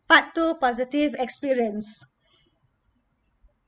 part two positive experience